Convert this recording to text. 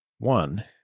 One